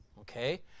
Okay